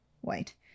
white